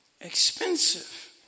expensive